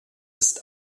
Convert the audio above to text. ist